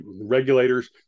Regulators